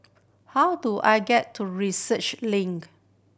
how do I get to Research Link